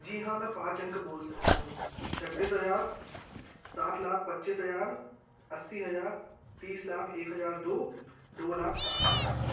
जी हाँ मैं पाँच अंक बोल सकता हूँ छत्तीस हजार सात लाख पच्चीस हजार अस्सी हजार तीस लाख एक हजार दो दो लाख साठ हजार